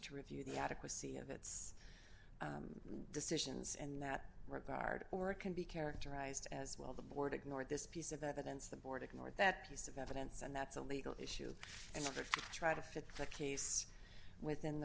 to review the adequacy of its decisions in that regard or it can be characterized as well the board ignored this piece of evidence the board ignored that piece of evidence and that's a legal issue and that try to fit the case within the